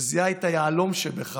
שזיהה את היהלום שבך